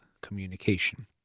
communication